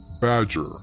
Badger